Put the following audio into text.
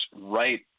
right